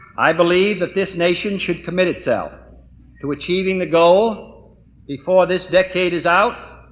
i believe that this nation should commit itself to achieving the goal before this decade is out,